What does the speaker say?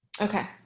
Okay